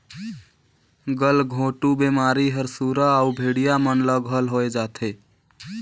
गलघोंटू बेमारी हर सुरा अउ भेड़िया मन ल घलो होय जाथे